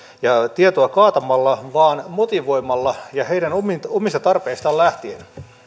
tietoa kaatamalla vaan motivoimalla ja heidän omista omista tarpeistaan lähtien